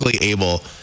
...able